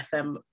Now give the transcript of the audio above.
SM